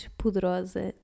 poderosa